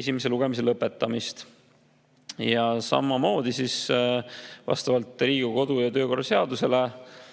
esimese lugemise lõpetamist. Ja vastavalt Riigikogu kodu‑ ja töökorra seadusele